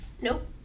nope